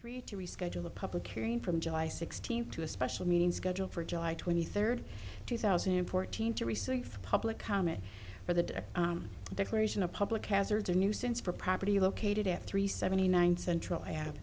three to reschedule a public hearing from july sixteenth to a special meeting scheduled for july twenty third two thousand and fourteen to receive public comment for the declaration of public hazards a nuisance for property located at three seventy nine central a